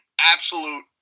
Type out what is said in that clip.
absolute